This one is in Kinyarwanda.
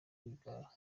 rwigara